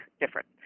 different